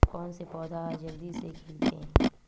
कोन से पौधा ह जल्दी से खिलथे?